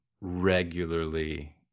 regularly